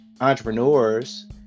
entrepreneurs